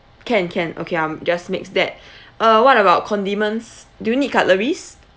can can okay I'm just mix that uh what about condiments do you need cutleries